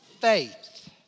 faith